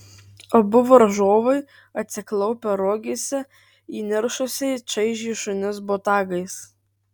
abu varžovai atsiklaupę rogėse įniršusiai čaižė šunis botagais